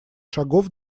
шагов